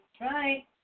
Right